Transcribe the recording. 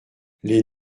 les